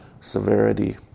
severity